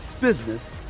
business